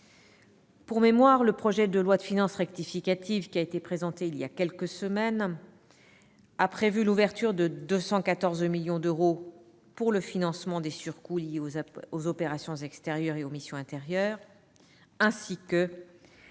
Pour mémoire, le projet de loi de finances rectificative qui a été présenté voilà quelques semaines a prévu l'ouverture de 214 millions d'euros pour le financement des surcoûts liés aux opérations extérieures et aux missions intérieures, ainsi que